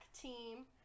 team